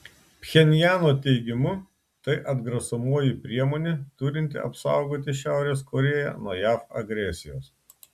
pchenjano teigimu tai atgrasomoji priemonė turinti apsaugoti šiaurės korėją nuo jav agresijos